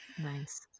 Nice